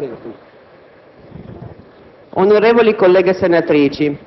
colleghe senatrici e onorevoli colleghi senatori,